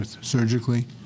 surgically